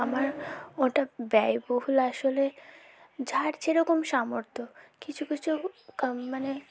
আমার ওটা ব্যয়বহুল আসলে যার যেরকম সামর্থ্য কিছু কিছু মানে